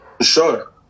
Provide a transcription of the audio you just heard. Sure